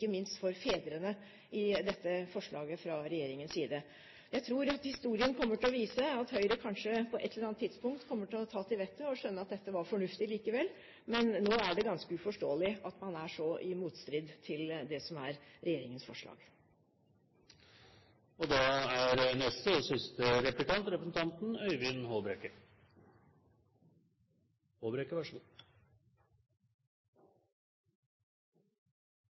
minst for fedrene. Jeg tror at historien kommer til å vise at Høyre kanskje på et eller annet tidspunkt kommer til å ta til vettet og skjønne at dette var fornuftlig likevel, men nå er det ganske uforståelig at man er så i motstrid til det som er regjeringens forslag. Fra Kristelig Folkepartis side vil jeg ønske statsråden velkommen inn på familie- og